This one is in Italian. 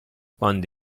quando